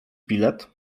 bilet